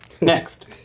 Next